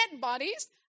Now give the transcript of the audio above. bodies